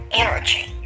energy